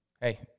hey